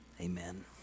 Amen